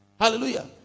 Hallelujah